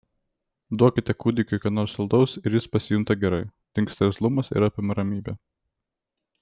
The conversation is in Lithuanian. duokite kūdikiui ką nors saldaus ir jis pasijunta gerai dingsta irzlumas ir apima ramybė